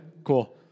cool